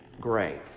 Gray